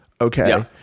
Okay